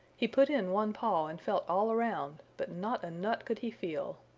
he put in one paw and felt all around but not a nut could he feel.